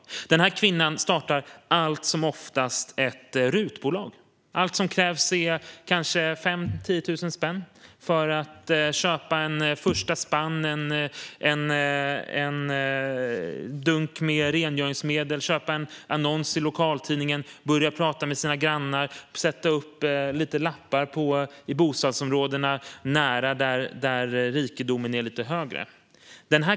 Denna kvinna startar allt som oftast ett RUT-bolag. Allt som krävs är 5 000-10 000 spänn för att köpa en första spann, en dunk rengöringsmedel och en annons i lokaltidningen, börja prata med grannarna och sätta upp lite lappar i bostadsområden i närheten där rikedomen är lite större.